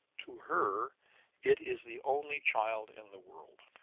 to her it is the only child in the world.